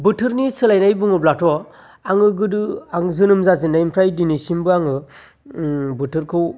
बोथोरनि सोलायनाय बुङोब्लाथ' आङो गोदो आं जोनोम जाजेन्नायनिफ्राय दिनैसिमबो आङो बोथोरखौ